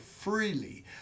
freely